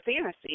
fantasy